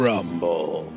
Rumble